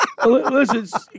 Listen